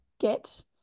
get